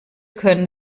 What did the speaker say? können